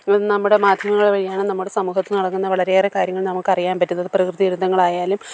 ഇത് നമ്മുടെ മാധ്യമങ്ങൾ വഴിയാണ് നമ്മുടെ സമൂഹത്തിൽ നടക്കുന്ന വളരെയേറെ കാര്യങ്ങൾ നമുക്ക് അറിയാൻ പറ്റുന്നത് പ്രകൃതി ദുരന്തങ്ങളായാലും